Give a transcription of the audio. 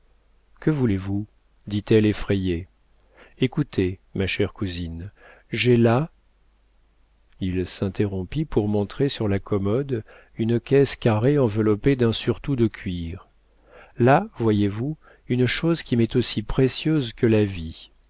que voulez-vous dit-elle effrayée écoutez ma chère cousine j'ai là il s'interrompit pour montrer sur la commode une caisse carrée enveloppée d'un surtout de cuir là voyez-vous une chose qui m'est aussi précieuse que la vie